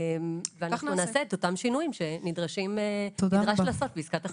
ואנחנו נעשה את אותם שינויים שנדרש לעשות בעסקת החבילה.